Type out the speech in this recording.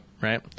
right